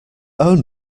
own